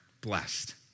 blessed